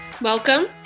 Welcome